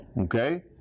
Okay